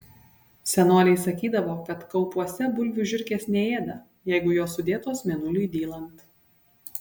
senoliai sakydavo kad kaupuose bulvių žiurkės neėda jeigu jos sudėtos mėnuliui dylant